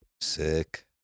Sick